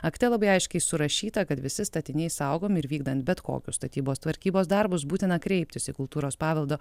akte labai aiškiai surašyta kad visi statiniai saugomi ir vykdant bet kokius statybos tvarkybos darbus būtina kreiptis į kultūros paveldo